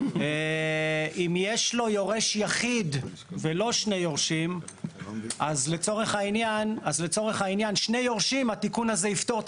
אם יש לו יורש יחיד ולא שני יורשים אז לצורך העניין התיקון יפתור את